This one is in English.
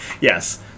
Yes